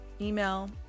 email